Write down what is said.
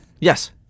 Yes